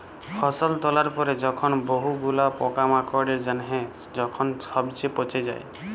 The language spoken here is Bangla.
ফসল তোলার পরে যখন বহু গুলা পোকামাকড়ের জনহে যখন সবচে পচে যায়